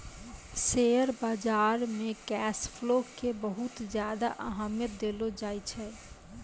share बाजार मे cash flow के बहुत ज्यादा अहमियत देलो जाए छै